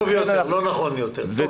טוב יותר לא נכון יותר.